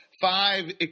five